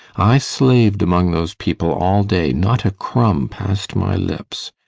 i slaved among those people all day, not a crumb passed my lips,